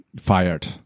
fired